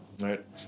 Right